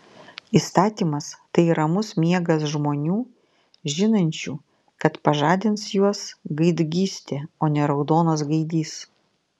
įstatymas tai ramus miegas žmonių žinančių kad pažadins juos gaidgystė o ne raudonas gaidys